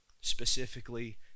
specifically